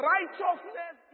Righteousness